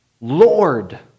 Lord